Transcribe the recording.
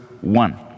one